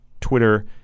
Twitter